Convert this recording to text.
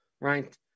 Right